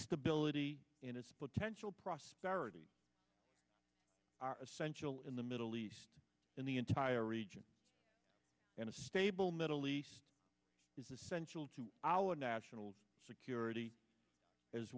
stability in a split tensional prosperity are essential in the middle east in the entire region and a stable middle east is essential to our national security as